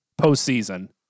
postseason